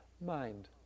mind